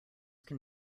can